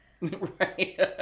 Right